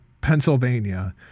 Pennsylvania